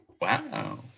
Wow